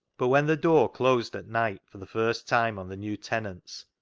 but when the door closed at night for the first time on the new tenants,